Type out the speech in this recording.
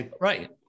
Right